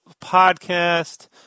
podcast